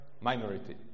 minority